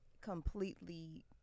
completely